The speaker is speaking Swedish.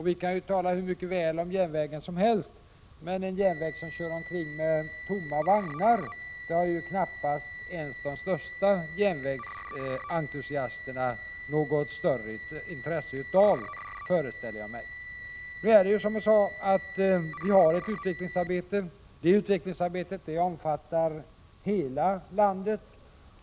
Vi kan tala hur väl som helst om järnvägen, men en järnväg som kör omkring med tomma vagnar kan knappast ens de största järnvägsentusiasterna ha något större intresse av, föreställer jag mig. Som jag sade pågår nu ett utvecklingsarbete. Detta omfattar hela landet.